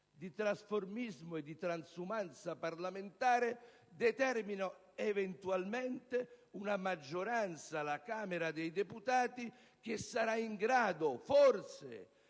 di trasformismo e di transumanza parlamentare, determino eventualmente una maggioranza alla Camera dei deputati, che sarà in grado - forse